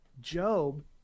job